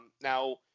now